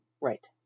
right